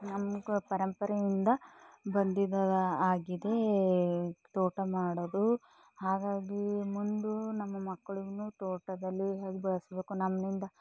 ನಮ್ಗೆ ಪರಂಪರೆಯಿಂದ ಬಂದಿದ್ದವು ಆಗಿದೆ ತೋಟ ಮಾಡೋದು ಹಾಗಾಗಿ ಮುಂದು ನಮ್ಮ ಮಕ್ಕಳೂ ತೋಟದಲ್ಲಿ ಹೇಗೆ ಬೆಳೆಸಬೇಕು ನಮ್ಮಿಂದ